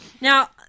Now